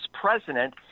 president